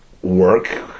work